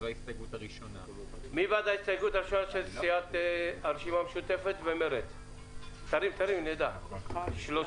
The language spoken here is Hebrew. ההסתייגויות של הרשימה המשותפת ומרצ, נכון?